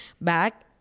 back